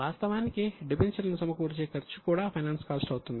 వాస్తవానికి డిబెంచర్లను సమకూర్చే ఖర్చు కూడా ఫైనాన్స్ కాస్ట్ అవుతుంది